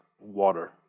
water